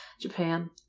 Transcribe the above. Japan